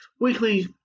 weekly